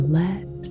let